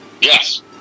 Yes